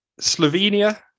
Slovenia